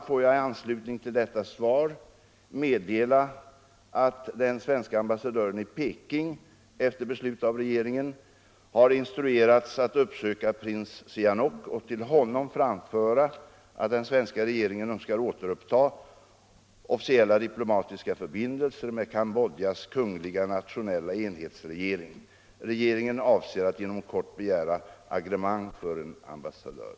Får jag i anslutning till detta svar meddela att den svenske ambassadören i Peking efter beslut av regeringen har instruerats att uppsöka prins Sihanouk och till honom framföra att den svenska regeringen önskar återuppta officiella diplomatiska förbindelser med Cambodjas kungliga nationella enhetsregering. Regeringen avser att inom kort begära agremang för en ambassadör.